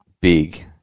big